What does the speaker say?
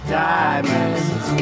diamonds